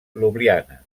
ljubljana